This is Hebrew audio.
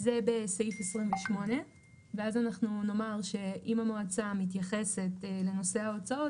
זה בסעיף 28 ואז אנחנו נאמר שאם המועצה מתייחסת לנושא ההוצאות,